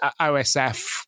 OSF